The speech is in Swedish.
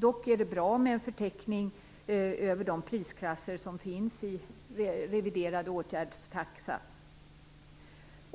Dock är det bra med en förteckning över de prisklasser som finns i reviderad åtgärdstaxa.